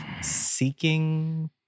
Seeking